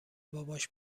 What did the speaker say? باباش